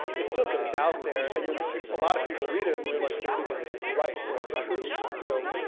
it still goes out there, and then peop, a lot of people read it and they're like, they think it's right, or true, so.